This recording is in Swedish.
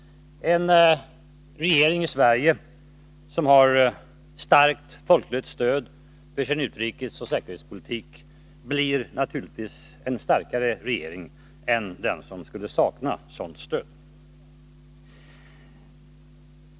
En regering i Sverige som har starkt folkligt stöd för sin utrikesoch säkerhetspolitik blir naturligvis en starkare regering än den som skulle sakna sådant stöd.